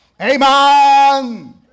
Amen